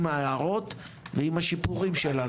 עם ההערות ועם השיפורים שלנו.